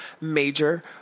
Major